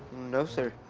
no, sir.